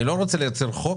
אני לא רוצה לייצר חוק